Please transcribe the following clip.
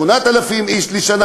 8,000 איש בשנה,